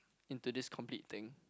into this complete thing